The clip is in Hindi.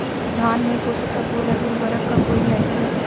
धान में पोषक तत्वों व उर्वरक का कोई महत्व है?